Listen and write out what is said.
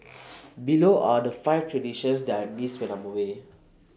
below are the five traditions that I miss when I'm away